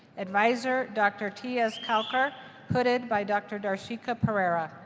advisor, dr. t s. kalkur hooded by dr. darshika perera.